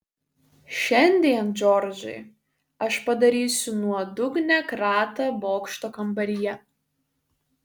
šiandien džordžai aš padarysiu nuodugnią kratą bokšto kambaryje